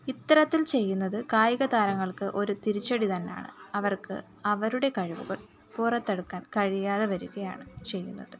ഇത്തരത്തിൽ ചെയ്യുന്നത് കായിക താരങ്ങൾക്ക് ഒരു തിരിച്ചടി തന്നെ ആണ് അവർക്ക് അവരുടെ കഴിവുകൾ പുറത്തെടുക്കാൻ കഴിയാതെ വരുകയാണ് ചെയ്യുന്നത്